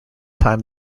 time